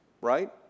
Right